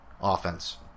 offense